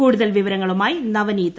കൂടുതൽ വിവരങ്ങളുമായി നവനീത